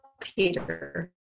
Peter